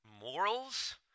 morals